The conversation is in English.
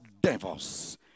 devils